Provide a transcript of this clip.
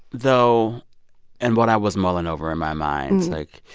though and what i was mulling over in my mind it's, like,